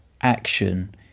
action